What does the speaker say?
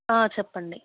చెప్పండి